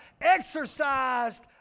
exercised